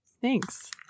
Thanks